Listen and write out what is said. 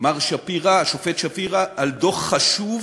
מר שפירא, השופט שפירא, על דוח חשוב,